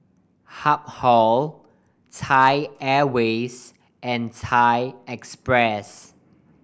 Habhal Thai Airways and Thai Express